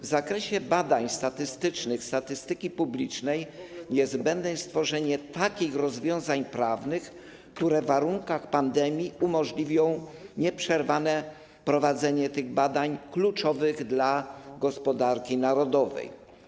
W zakresie badań statystycznych statystyki publicznej niezbędne jest stworzenie takich rozwiązań prawnych, które w warunkach pandemii umożliwią nieprzerwane prowadzenie tych badań kluczowych dla gospodarki narodowej.